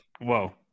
Whoa